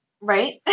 Right